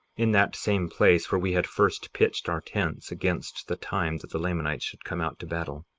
in that same place where we had first pitched our tents against the time that the lamanites should come out to battle.